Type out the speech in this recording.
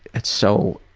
it's so,